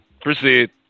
Proceed